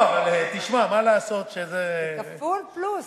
לא, תשמע, מה לעשות שזה, זה כפול פלוס.